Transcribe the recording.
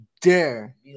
dare